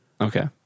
Okay